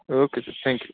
okay ਜੀ thank you